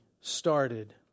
started